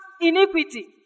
iniquity